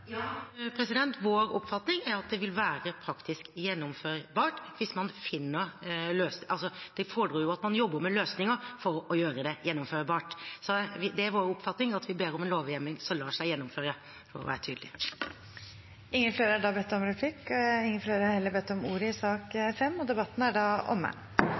Ja, vår oppfatning er at det vil være praktisk gjennomførbart, hvis man finner løsninger – det fordrer jo at man jobber med løsninger for å gjøre det gjennomførbart. Det er vår oppfatning at vi ber om en lovhjemmel som lar seg gjennomføre – for å være tydelig. Replikkordskiftet er omme. Flere har ikke bedt om ordet til sak nr. 5. Etter ønske fra kommunal- og forvaltningskomiteen vil presidenten ordne debatten